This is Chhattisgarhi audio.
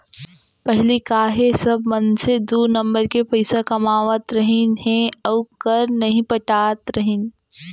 पहिली का हे सब मनसे दू नंबर के पइसा कमावत रहिन हे अउ कर नइ पटात रहिन